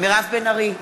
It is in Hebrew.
מירב בן ארי,